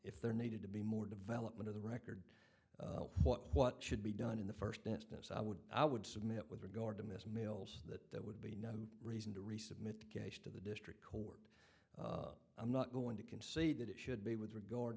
if there needed to be more development of the record what should be done in the first instance i would i would submit with regard to ms mills that would be no reason to resubmit the case to the district court i'm not going to concede that it should be with regard